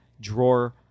drawer